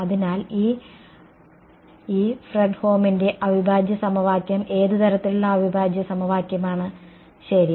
അതിനാൽ ഈ ഫ്രെഡ്ഹോമിന്റെ അവിഭാജ്യ സമവാക്യം ഏത് തരത്തിലുള്ള അവിഭാജ്യ സമവാക്യമാണ് ശരി